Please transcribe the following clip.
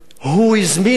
הוא הזמין אליו